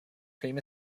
cream